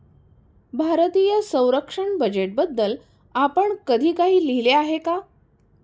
भारतीय संरक्षण बजेटबद्दल आपण कधी काही लिहिले आहे का?